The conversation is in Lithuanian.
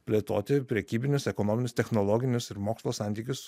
plėtoti prekybinius ekonominius technologinius ir mokslo santykius su